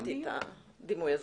לא אהבתי את הדימוי הזה.